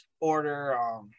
order